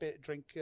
drink